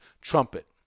trumpet